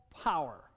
power